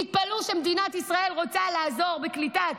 תתפלאו, כשמדינת ישראל רוצה לעזור בקליטת